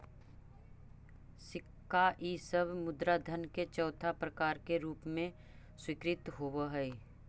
सिक्का इ सब मुद्रा धन के चौथा प्रकार के रूप में स्वीकृत होवऽ हई